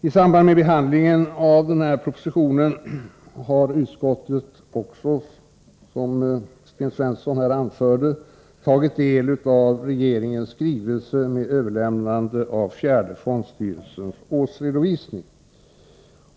I samband med behandlingen av denna proposition har utskottet också, som Sten Svensson här anförde, tagit del av regeringens skrivelse med överlämnande av fjärde fondstyrelsens årsredovisning.